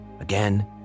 again